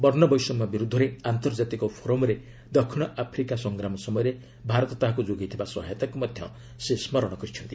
ବର୍ଷବେଷମ୍ୟ ବିରୁଦ୍ଧରେ ଆନ୍ତର୍ଜାତୀକ ଫୋରମ୍ରେ ଦକ୍ଷିଣ ଆଫ୍ରିକା ସଂଗ୍ରାମ ସମୟରେ ଭାରତ ତାହାକୁ ଯୋଗାଇଥିବା ସହାୟତାକୁ ମଧ୍ୟ ସେ ସ୍କରଣ କରିଛନ୍ତି